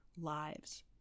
lives